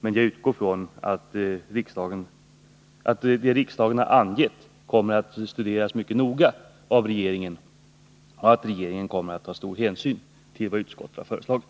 Men jag utgår från att det riksdagen angett kommer att studeras mycket noga av regeringen och att regeringen kommer att ta stor hänsyn till vad utskottet föreslagit.